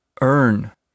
earn